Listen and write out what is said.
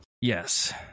Yes